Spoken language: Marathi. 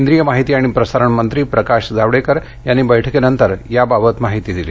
केंद्रीय माहिती आणि प्रसारण मंत्री प्रकाश जावडेकर यांनी बैठकीनंतर या बाबत माहिती दिली